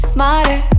Smarter